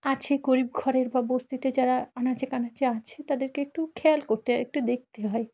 আছে গরিব ঘরের বা বস্তিতে যারা আনাচে কানাচে আছে তাদেরকে একটু খেয়াল করতে হয় একটু দেখতে হয়